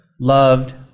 loved